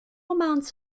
amounts